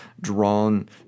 drawn